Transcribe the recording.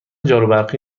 جاروبرقی